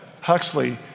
Huxley